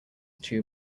two